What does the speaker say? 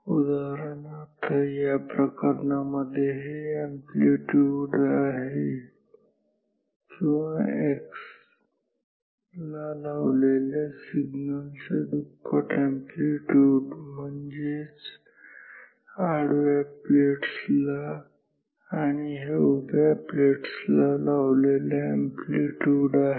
उदाहरणार्थ या प्रकरणामध्ये हे अॅम्प्लीट्यूड आहे किंवा x ला लावलेल्या सिग्नल च्या दुप्पट अॅम्प्लीट्यूड म्हणजेच आडव्या प्लेट्स ला आणि हे उभ्या प्लेट्सला लावलेलं अॅम्प्लीट्यूड आहे